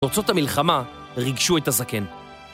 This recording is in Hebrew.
‫תוצאות המלחמה ריגשו את הזקן.